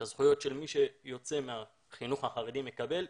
לקבל את הזכויות שיוצא החינוך החרדי מקבל,